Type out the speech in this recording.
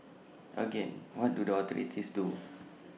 again what do the authorities do